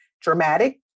dramatic